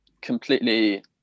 completely